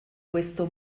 questo